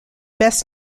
best